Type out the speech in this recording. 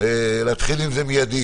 חובתו להסביר,